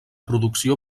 producció